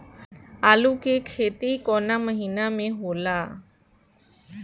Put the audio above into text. आलू के खेती कवना महीना में होला?